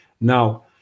now